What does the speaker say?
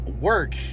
work